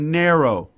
narrow